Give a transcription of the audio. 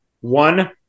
one